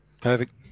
Perfect